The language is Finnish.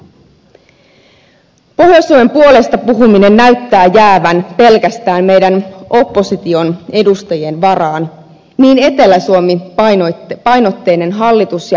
pohjois suomen puolesta puhuminen näyttää jäävän pelkästään meidän opposition edustajien varaan niin etelä suomi painotteisia hallitus ja hallitusohjelma ovat